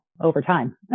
overtime